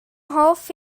hoff